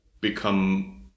become